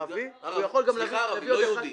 סליחה לא יהודי.